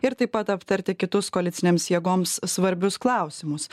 ir taip pat aptarti kitus koalicinėms jėgoms svarbius klausimus